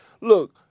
Look